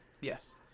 Yes